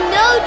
no